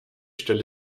stelle